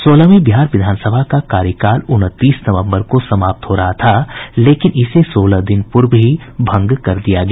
सोलहवीं बिहार विधानसभा का कार्यकाल उनतीस नवंबर को समाप्त हो रहा था लेकिन इसे सोलह दिन पूर्व ही भंग कर दिया गया